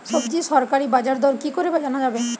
সবজির সরকারি বাজার দর কি করে জানা যাবে?